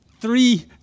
three